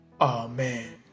Amen